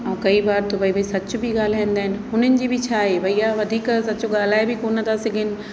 ऐं कई बार त भई सच बि ॻाल्हाईंदा आहिनि हुननि जी बि छाहे भैया वधीक सच ॻाल्हाए बि कोन था सघनि